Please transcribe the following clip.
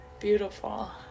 Beautiful